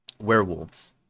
Werewolves